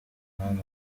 mwana